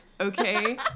okay